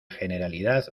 generalidad